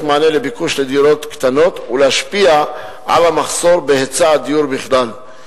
מענה לביקוש לדירות קטנות ולהשפיע על המחסור בהיצע הדיור בכלל.